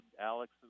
Alex